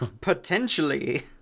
Potentially